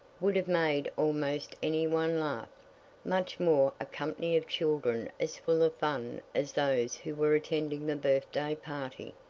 would have made almost any one laugh much more a company of children as full of fun as those who were attending the birthday party.